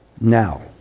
now